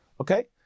Okay